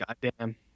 Goddamn